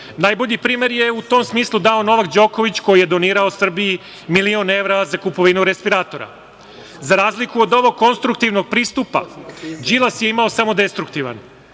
Najbolji primer je u tom smislu dao Novak Đoković koji je donirao Srbiji milion evra za kupovinu respiratora.Za razliku od ovog konstruktivnog pristupa, Đilas je imao samo destruktivan.